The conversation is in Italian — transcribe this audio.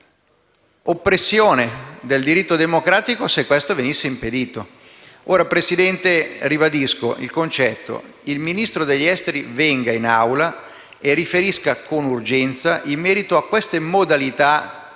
oppressione del diritto democratico se questo venisse impedito. Signora Presidente, ribadisco il concetto: il Ministro degli affari esteri venga in Aula e riferisca con urgenza in merito a queste modalità, quantomeno